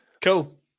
cool